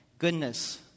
Goodness